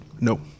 No